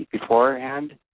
beforehand